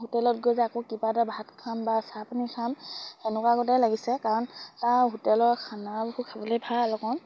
হোটেলত গৈ যে আকৌ কিবা এটা ভাত খাম বা চাহপানী খাম এনেকুৱা গতে লাগিছে কাৰণ হোটেলৰ খানাবোৰ খাবলে ভাল অকণ